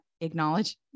acknowledge